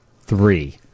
three